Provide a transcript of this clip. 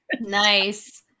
Nice